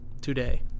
today